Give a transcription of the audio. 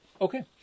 Okay